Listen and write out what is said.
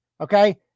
Okay